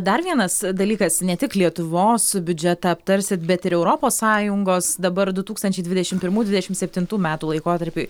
dar vienas dalykas ne tik lietuvos biudžetą aptarsit bet ir europos sąjungos dabar du tūkstančiai dvidešimt pirmų dvidešimt septintų metų laikotarpiui